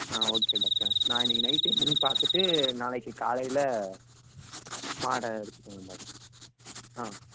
ஆ okay doctor நான் இன்றைக்கி நைட்டே என்னென்னு பார்த்துட்டு நாளைக்கு காலையில் மாடை இழுத்துட்டு வரேன் டாக்டர் ஆ